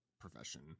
profession